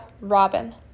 robin